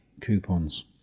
coupons